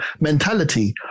mentality